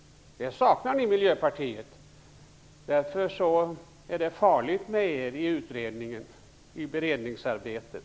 Det saknar ni i Miljöpartiet. Därför är det farligt med er i utredningen och i beredningsarbetet.